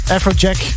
Afrojack